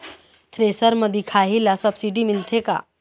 Thresher म दिखाही ला सब्सिडी मिलथे का?